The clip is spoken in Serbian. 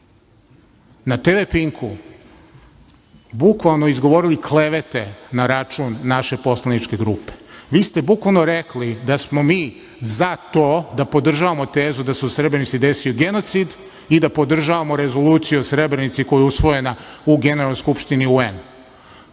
na TV „Pinku“ bukvalno izgovorili klevete na račun naše poslaničke grupe. Vi ste bukvalno rekli da smo mi za to, da podržavamo tezu da se u Srebrenici desio genocid i da podržavamo Rezoluciju o Srebrenici koja je usvojena u Generalnoj skupštini